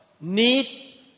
need